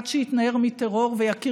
טרי.